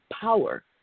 power